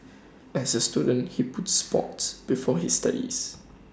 as A student he put Sport before his studies